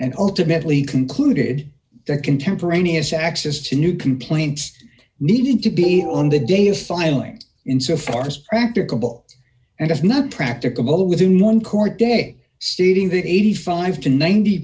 and ultimately concluded that contemporaneous access to new complaints needed to be on the day of filing in so far as practicable and is not practicable within one court day stating that eighty five to ninety